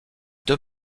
deux